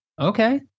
Okay